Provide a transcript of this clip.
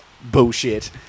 bullshit